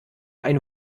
ein